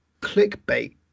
clickbait